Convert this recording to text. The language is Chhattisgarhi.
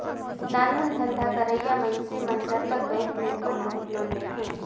नानमुन धंधा करइया मइनसे मन सरलग बेंक ले थोर बहुत लोन लेथें